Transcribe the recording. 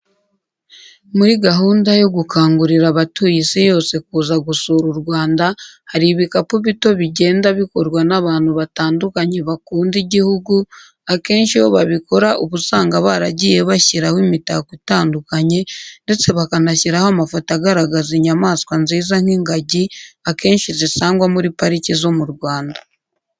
Muri gahunda yo gukangurira abatuye isi yose kuza gusura u Rwanda, hari ibikapu bito bigenda bikorwa n'abantu batandukanye bakunda igihugu, akenshi iyo babikora uba usanga baragiye bashyiraho imitako itandukanye ndetse bakanashyiraho amafoto agaragaza inyamaswa nziza nk'ingagi akenshi zisangwa muri pariki zo mu Rwanda.